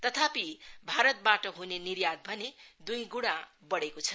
तथापि भारतबाट हुने निर्यात भने दुई गुणा बढेको छ